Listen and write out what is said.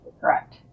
correct